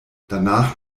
danach